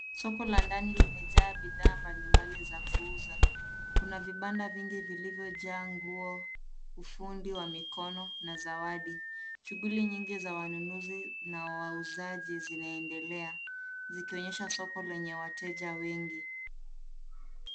Soko la ndani limejaa bidhaa mbalimbali za kuuza. Kuna vibanda vingi vilivyojaa nguo, ufundi wa mikono na zawadi. Shughuli nyingi za wanunuzi na wauzaji zinaendelea zikionyesha soko lenye wateja wengi.